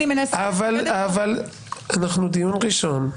אני מנסה --- אבל אנחנו בדיון ראשון.